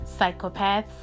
Psychopaths